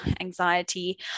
anxiety